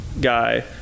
guy